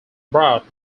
brought